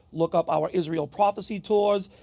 look up our israel prophecy tours,